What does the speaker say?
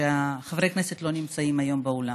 שחברי הכנסת לא נמצאים היום באולם.